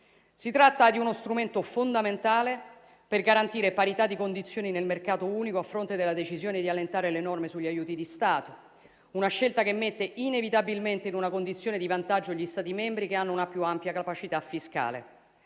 Si tratta di uno strumento fondamentale per garantire parità di condizioni nel mercato unico a fronte della decisione di allentare le norme sugli aiuti di Stato; una scelta che mette inevitabilmente in una condizione di vantaggio gli Stati membri che hanno una più ampia capacità fiscale.